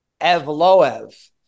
Evloev